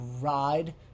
ride